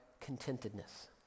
contentedness